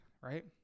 Right